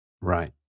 Right